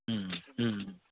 হুম হুম